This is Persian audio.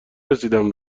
رسیدم